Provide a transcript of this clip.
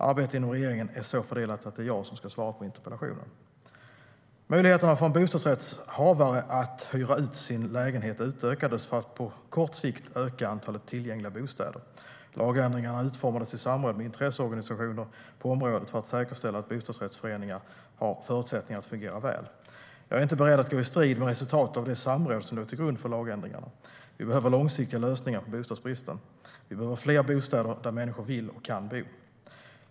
Arbetet inom regeringen är så fördelat att det är jag som ska svara på interpellationen. Möjligheterna för en bostadsrättshavare att hyra ut sin lägenhet utökades för att på kort sikt öka antalet tillgängliga bostäder. Lagändringarna utformades i samråd med intresseorganisationer på området för att säkerställa att bostadsrättsföreningar har förutsättningar att fungera väl. Jag är inte beredd att gå i strid med resultatet av det samråd som låg till grund för lagändringarna. Vi behöver långsiktiga lösningar på bostadsbristen. Vi behöver fler bostäder där människor vill och kan bo.